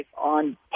on